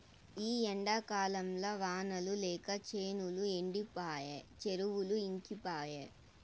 ఈ ఎండాకాలంల వానలు లేక చేనులు ఎండిపాయె చెరువులు ఇంకిపాయె